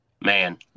Man